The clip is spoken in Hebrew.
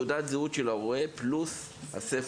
תרשום תעודת זהות של ההורה פלוס הספח.